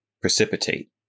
precipitate